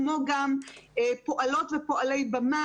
כמו גם פועלות ופועלי במה,